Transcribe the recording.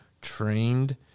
trained